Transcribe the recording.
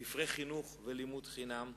ספרי חינוך ולימוד חינם,